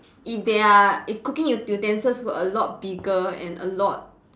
if they are if cooking u~ utensils were a lot bigger and a lot